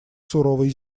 суровой